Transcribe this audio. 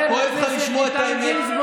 כואב לך לשמוע את האמת.